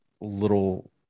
little